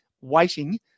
waiting